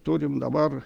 turim dabar